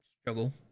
struggle